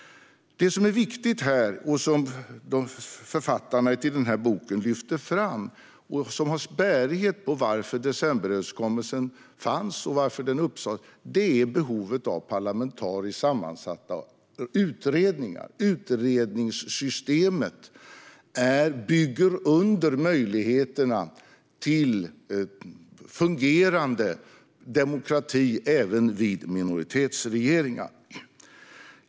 Det som är viktigt här, som författarna till boken lyfter fram och som har bäring på varför decemberöverenskommelsen fanns och varför den sas upp, är behovet av parlamentariskt sammansatta utredningar. Utredningssystemet bygger under möjligheterna till fungerande demokrati även vid minoritetsregeringar.